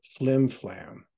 flimflam